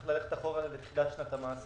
צריך ללכת אחורה לתחילת שנת המס.